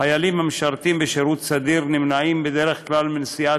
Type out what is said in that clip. חיילים המשרתים בשירות סדיר נמנעים בדרך כלל מנשיאת